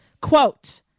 Quote